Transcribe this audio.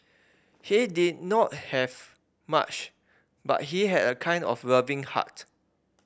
he did not have much but he had a kind of loving heart